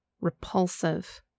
repulsive